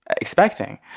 expecting